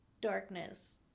darkness